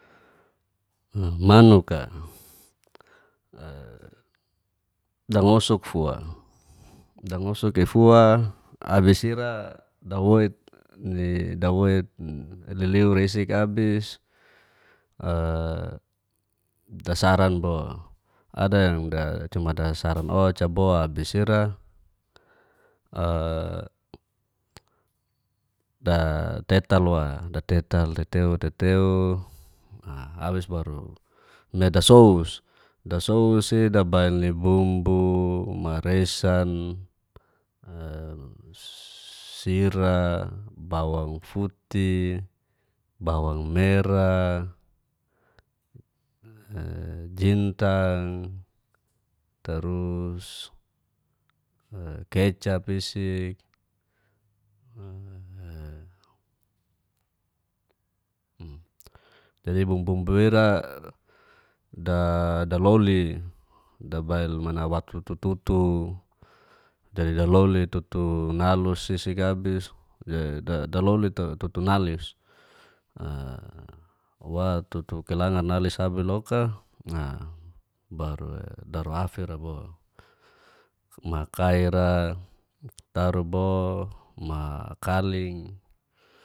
Manuk'a dangosuk fua, dngosuk ifua abis ira dawoit liliur isik abis dasaran bo ada yang cuma dasran o'ca bo abis ira datetal teteu teteu abis baru me da sous, dasous idabil ni bumbu maresa, sira, bawang futi, bawang mera, jintang, tarus kecap isik dawei bumbumbu ira da lolo'i dabail watu tutu dadi dalolo'i tutu nalus isik abis wa tutu kilangar nalis abis loak aa baru daru afira bo, ma kaira tarubo, ma kaling.